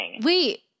Wait